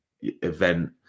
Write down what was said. Event